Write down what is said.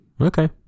Okay